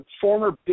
former